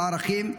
לערכים,